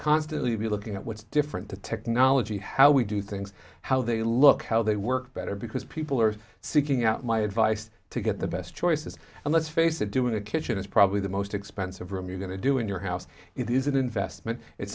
constantly looking at what's different to technology how we do things how they look how they work better because people are seeking out my advice to get the best choices and let's face it doing the kitchen is probably the most expensive room you're going to do in your house it is an investment it's